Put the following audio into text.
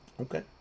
Okay